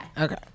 Okay